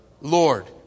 Lord